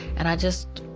and i just,